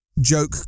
joke